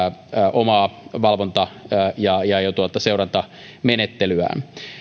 omaa valvonta ja ja seurantamenettelyä